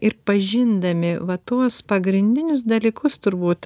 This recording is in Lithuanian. ir pažindami va tuos pagrindinius dalykus turbūt